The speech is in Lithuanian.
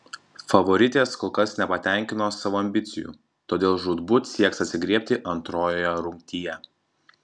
favoritės kol kas nepatenkino savo ambicijų todėl žūtbūt sieks atsigriebti antrojoje rungtyje